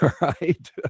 right